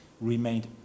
remained